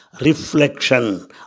reflection